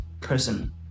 person